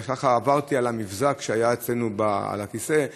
עברתי על המבזק שהיה אצלנו על הכיסא: